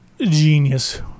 genius